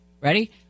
ready